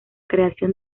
creación